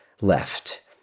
left